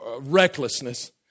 recklessness